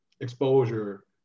exposure